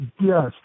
yes